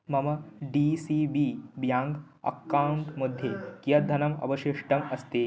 मम D C B bank account मध्ये कियत् धनम् अवशिष्टम् अस्ति